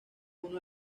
uno